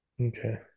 Okay